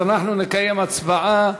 אז אנחנו נקיים הצבעה